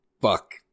Fuck